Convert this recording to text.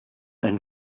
and